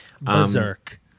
Berserk